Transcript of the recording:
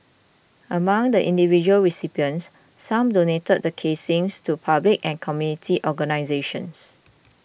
among the individual recipients some donated the casings to public and community organisations